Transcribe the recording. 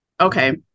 okay